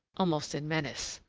almost in menace.